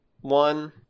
one